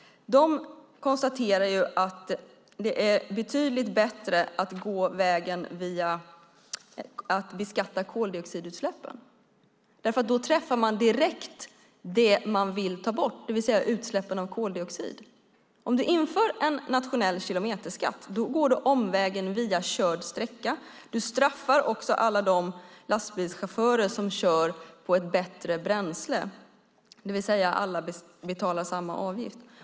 De konstaterar att det är betydligt bättre att gå via att beskatta koldioxidutsläppen. Då träffar man direkt det som man vill ta bort, det vill säga utsläppen av koldioxid. Om du inför en nationell kilometerskatt går du omvägen via körd sträcka. Du straffar också alla lastbilschaufförer som kör på ett bättre bränsle, det vill säga att alla betalar samma avgift.